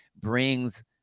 brings